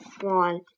wall